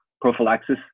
prophylaxis